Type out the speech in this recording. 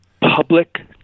public